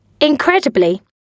Incredibly